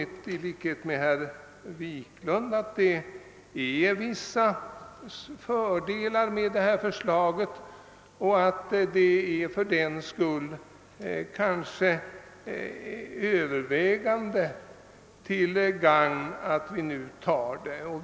Men i likhet med herr Wiklund i Stockholm anser också jag att förslagen innebär vissa fördelar och att det är övervägande till gagn att vi nu behandlar dem.